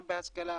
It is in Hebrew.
גם בהשכלה,